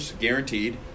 guaranteed